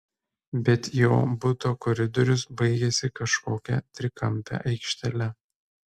bet jo buto koridorius baigėsi kažkokia trikampe aikštele